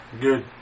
good